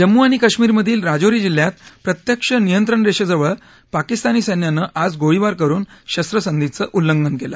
जम्मू आणि कश्मीरमधील राजौरी जिल्ह्यात प्रत्यक्ष नियंत्रण रेषेजवळ पाकिस्तानी सस्यानं आज गोळीबार करून शस्त्रसंधीचं उल्लघंन केलं